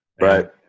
Right